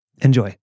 Enjoy